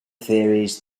theories